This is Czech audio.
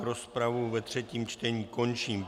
Rozpravu ve třetím čtení končím.